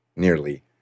nearly